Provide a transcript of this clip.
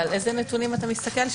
על איזה נתונים אתה מסתכל?